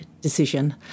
decision